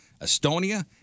Estonia